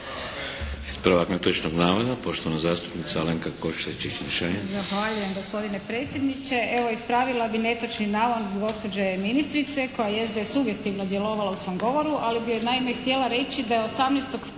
Ispravak netočnog navoda, poštovana zastupnica Alenka Košiša